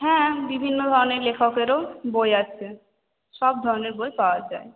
হ্যাঁ বিভিন্ন ধরনের লেখকেরও বই আছে সব ধরণের বই পাওয়া যায়